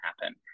happen